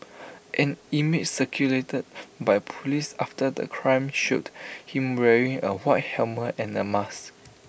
an image circulated by Police after the crime showed him wearing A white helmet and A mask